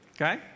Okay